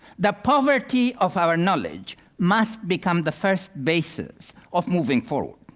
the poverty of our knowledge must become the first basis of moving forward,